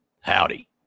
Howdy